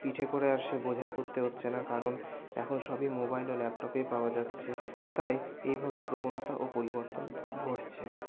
পিঠে করে আর সেই বোঝাই করতে হচ্ছে না কারণ এখন সবই মোবাইল ও ল্যাপটপে পাওয়া যাচ্ছে তাই এইভাবে প্রবনতা ও পরিবর্তন ঘটছে